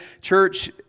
Church